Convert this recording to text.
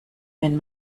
wenn